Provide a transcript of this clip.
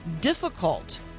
difficult